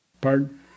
Pardon